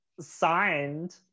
signed